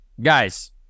guys